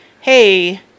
hey